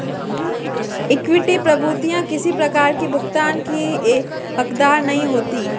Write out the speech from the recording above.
equity प्रभूतियाँ किसी प्रकार की भुगतान की हकदार नहीं होती